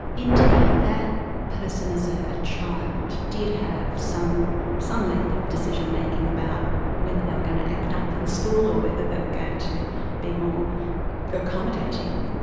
indeed, that person as a ah child did have some some level of decision making about whether they were going to act up in school or whether they were going to be more accommodating.